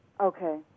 Okay